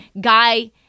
guy